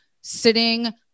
sitting